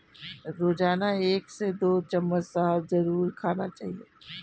रोजाना एक से दो चम्मच शहद जरुर खाना चाहिए